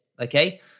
Okay